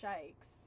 shakes